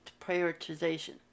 prioritization